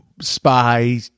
spy